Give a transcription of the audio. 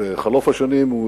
ובחלוף השנים הוא